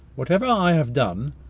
whatever i have done,